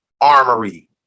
armory